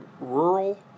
Rural